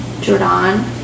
Jordan